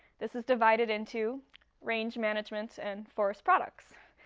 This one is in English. this is divided into range management and forest products.